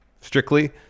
strictly